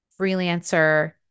freelancer